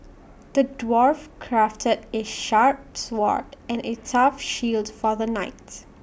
the dwarf crafted A sharp sword and A tough shield for the knights